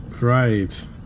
Right